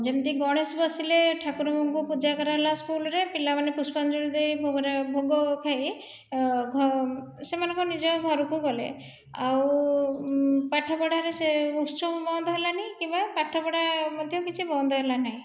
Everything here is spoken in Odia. ଯେମିତି ଗଣେଶ ବସିଲେ ଠାକୁରଙ୍କୁ ପୂଜା କରାହେଲା ସ୍କୁଲ୍ରେ ପିଲାମାନେ ପୁଷ୍ପାଞ୍ଜଳି ଦେଇ ଭୋଗରାଗ ଭୋଗ ଖାଇ ସେମାନଙ୍କ ନିଜ ଘରକୁ ଗଲେ ଆଉ ପାଠପଢ଼ାରେ ସେ ଉତ୍ସବ ବନ୍ଦ ହେଲା ନାହିଁ କିମ୍ବା ପାଠପଢ଼ା ମଧ୍ୟ କିଛି ବନ୍ଦ ହେଲା ନାହିଁ